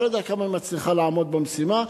לא יודע כמה היא מצליחה לעמוד במשימה,